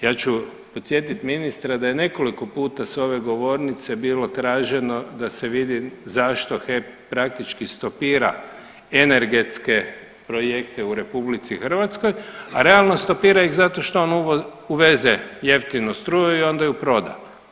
Ja ću podsjetiti ministra da je nekoliko puta s ove govornice bilo traženo da se vidi zašto HEP praktički stopira energetske projekte u RH, a realno stopira ih zato što on uveze jeftinu struju i onda ju proda.